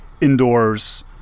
indoors